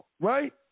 right